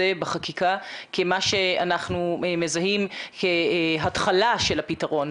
בחקיקה כמה שאנחנו מזהים כהתחלה של הפתרון,